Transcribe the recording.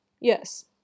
Yes